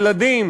ילדים,